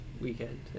weekend